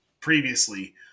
previously